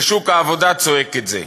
ושוק העבודה צועק את זה.